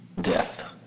death